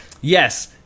yes